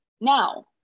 Now